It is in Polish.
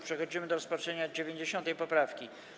Przechodzimy do rozpatrzenia 90. poprawki.